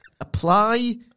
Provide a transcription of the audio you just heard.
Apply